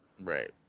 Right